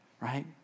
Right